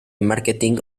marketing